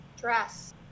dress